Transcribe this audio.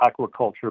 Aquaculture